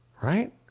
right